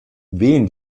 wen